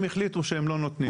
הם החליטו שהם לא נותנים.